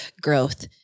growth